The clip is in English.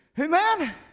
Amen